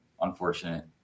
unfortunate